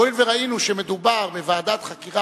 והואיל וראינו שמדובר בוועדת חקירה